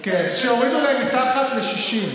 שהורידו להם מתחת ל-60.